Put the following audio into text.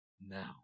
now